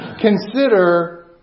Consider